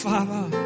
Father